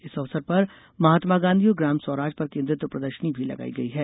इस अवसर पर महात्मा गांधी और ग्राम स्वराज पर केन्द्रित प्रदर्शनी भी लगाई गई है